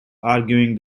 arguing